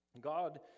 God